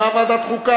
הגדרת מחשב),